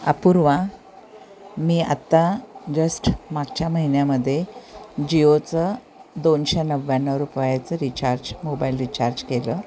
अपूर्वा मी आत्ता जस्ट मागच्या महिन्यामध्ये जिओचं दोनशे नव्व्याण्णव रुपयाचं रिचार्ज मोबाईल रिचार्ज केलं